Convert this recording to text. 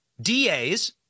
DA's